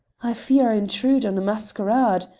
i fear i intrude on a masquerade.